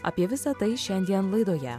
apie visa tai šiandien laidoje